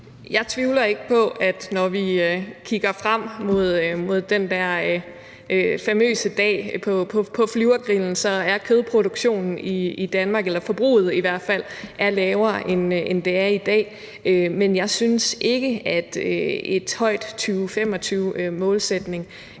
Jeg tvivler ikke på, at når vi kigger frem mod den der famøse dag på Flyvergrillen, er kødproduktionen i Danmark, eller forbruget i hvert fald, lavere, end det er i dag. Men jeg synes ikke, at en høj 2025-målsætning